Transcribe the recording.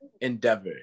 endeavor